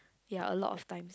ya a lot of time